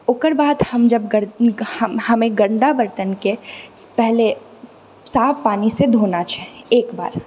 ओकर बाद हम जब गर हम हमे गन्दा बर्तनके पहिले साफ पानिसँ धोना छै एकबार